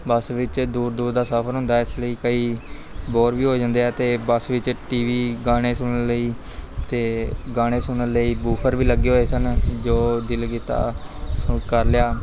ਬੱਸ ਵਿੱਚ ਦੂਰ ਦੂਰ ਦਾ ਸਫ਼ਰ ਹੁੰਦਾ ਇਸ ਲਈ ਕਈ ਬੋਰ ਵੀ ਹੋ ਜਾਂਦੇ ਆ ਅਤੇ ਬੱਸ ਵਿੱਚ ਟੀ ਵੀ ਗਾਣੇ ਸੁਣਨ ਲਈ ਅਤੇ ਗਾਣੇ ਸੁਣਨ ਲਈ ਬੂਫਰ ਵੀ ਲੱਗੇ ਹੋਏ ਸਨ ਜੋ ਦਿਲ ਕੀਤਾ ਸੋ ਕਰ ਲਿਆ